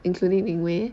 including ming wei